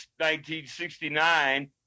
1969